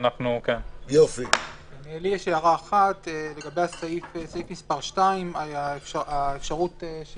יש לי הערה אחת, לגבי סעיף 2, על האפשרות של